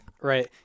Right